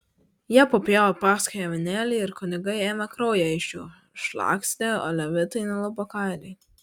jie papjovė paschai avinėlį ir kunigai ėmė kraują iš jų šlakstė o levitai nulupo kailį